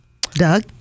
Doug